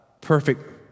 perfect